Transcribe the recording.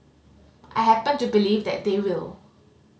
I happen to believe that they will